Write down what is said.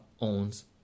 owns